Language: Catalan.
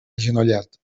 agenollat